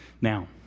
Now